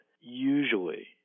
Usually